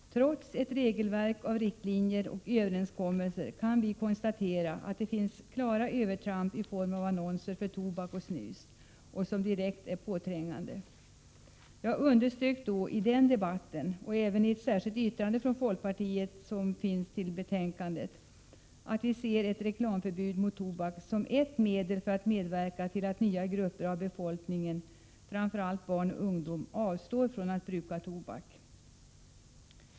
Trots ett regelverk av riktlinjer och överenskommelser kan konstateras att det görs klara övertramp i form av annonser för tobak och snus som är direkt påträngande. Jag underströk i den tidigare debatten och även i ett särskilt yttrande till betänkandet att folkpartiet ser ett reklamförbud mot tobak som ett medel för att medverka till att nya grupper av befolkningen, framför allt barn och ungdom, avstår från att bruka tobak.